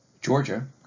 Georgia